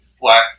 black